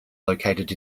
located